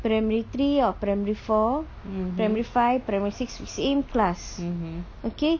primary three or primary four primary five primary six we same class okay